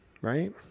right